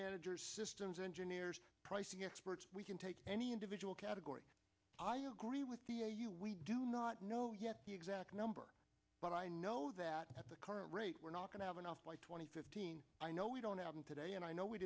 managers systems engineers pricing experts we can take any individual category i agree with you we do not know yet the exact number but i know that at the current rate we're not going to have enough by two thousand and fifteen i know we don't have them today and i know we